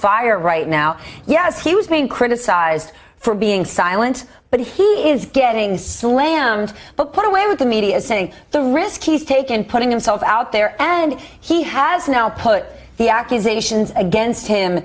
fire right now yes he was being criticized for being silent but he is getting slammed but put away with the media saying the risk he's taken putting himself out there and he has now put the accusations against him